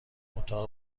اتاق